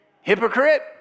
Hypocrite